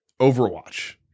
Overwatch